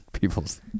people's